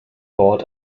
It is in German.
wort